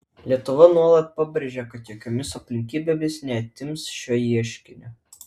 lietuva nuolat pabrėžia kad jokiomis aplinkybėmis neatsiims šio ieškinio